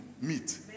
meet